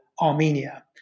Armenia